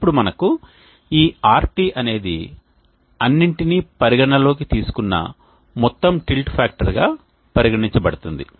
ఇప్పుడు మనకు ఈ RT అనేది అన్నింటినీ పరిగణన లోకి తీసుకున్న మొత్తం టిల్ట్ ఫ్యాక్టర్గా పరిగణించబడుతుంది